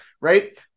right